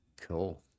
Cool